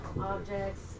objects